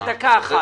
לדקה אחת.